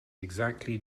exactly